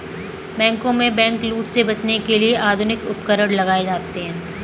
बैंकों में बैंकलूट से बचने के लिए आधुनिक उपकरण लगाए जाते हैं